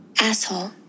Asshole